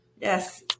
Yes